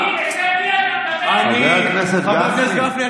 מי זה, אתה מדבר, חבר הכנסת גפני.